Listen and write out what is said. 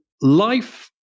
life